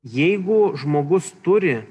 jeigu žmogus turi